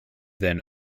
than